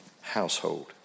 household